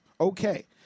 Okay